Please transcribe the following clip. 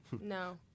No